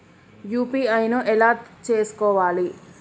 UPI ను ఎలా చేస్కోవాలి?